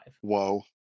Whoa